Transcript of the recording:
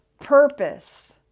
purpose